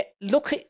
Look